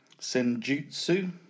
Senjutsu